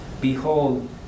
Behold